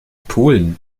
pulen